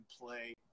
play